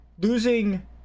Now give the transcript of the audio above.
losing